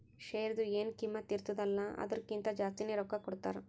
ಶೇರ್ದು ಎನ್ ಕಿಮ್ಮತ್ ಇರ್ತುದ ಅಲ್ಲಾ ಅದುರ್ಕಿಂತಾ ಜಾಸ್ತಿನೆ ರೊಕ್ಕಾ ಕೊಡ್ತಾರ್